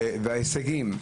ההישגים,